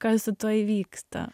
kas su tuo įvyksta